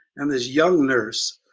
and this young nurse,